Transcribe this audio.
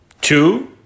Two